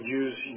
use